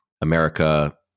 America –